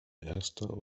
erster